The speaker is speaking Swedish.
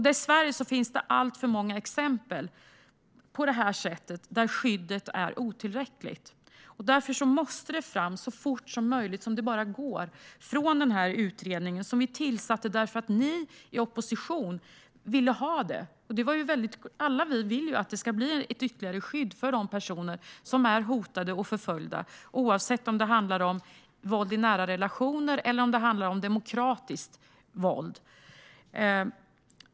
Dessvärre finns det alltför många sådana här exempel på att skyddet är otillräckligt. Därför måste detta komma från utredningen så fort som möjligt. Vi tillsatte ju utredningen när ni i opposition ville ha det här. Alla vi vill att det ska bli ett ytterligare skydd för de personer som är hotade och förföljda, oavsett om det handlar om våld i nära relationer eller om demokratiskt våld.